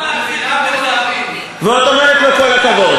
לא מבינה ולא תבין, ועוד אומרת לו כל הכבוד.